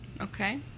Okay